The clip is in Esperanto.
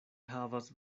havas